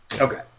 Okay